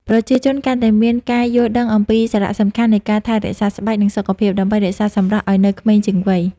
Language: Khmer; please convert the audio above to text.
ប្រជាជនកាន់តែមានការយល់ដឹងអំពីសារៈសំខាន់នៃការថែរក្សាស្បែក និងសុខភាព ដើម្បីរក្សាសម្រស់ឱ្យនៅក្មេងជាងវ័យ។